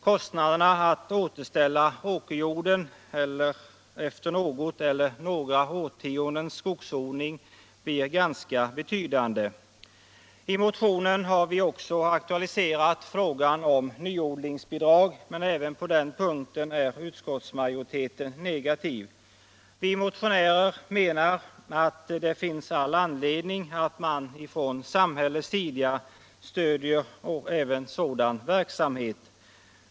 Kostnaderna att återställa åkerjorden efter något eller några årtiondens skogsodling blir ganska betydande. I motionen har vi också aktualiserat frågan om nyodlingsbidrag, men även på den punkten är utskottsmajoriteten negativ. Vi motionärer menar att det finns all anledning att man från samhällets sida stödjer även sådan verksamhet.